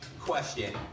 question